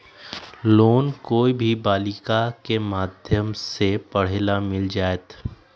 Loan कोई भी बालिका के माध्यम से पढे ला मिल जायत?